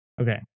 Okay